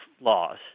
laws